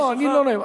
לא, אני לא נואם.